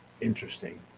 interesting